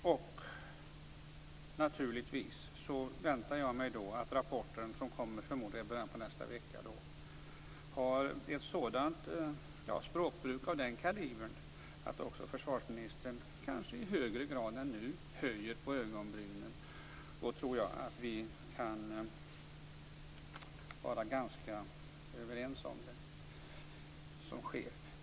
Jag väntar mig naturligtvis att rapporten som, förmodar jag, kommer i början på nästa vecka har ett språk av sådan kaliber att också försvarsministern kanske i högre grad än nu höjer på ögonbrynen. Då tror jag att vi kan vara ganska överens om det som sker.